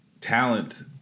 talent